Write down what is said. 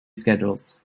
schedules